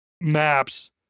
maps